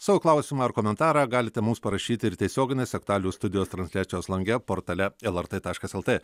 savo klausimą ar komentarą galite mums parašyti ir tiesioginės aktualijų studijos transliacijos lange portale lrt taškas lt